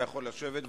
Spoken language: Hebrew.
אתה יכול לשבת.